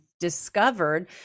discovered